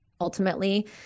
ultimately